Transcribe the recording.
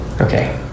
okay